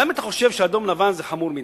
גם אם אתה חושב שאדום-לבן זה חמור מדי,